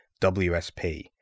WSP